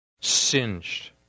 singed